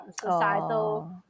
societal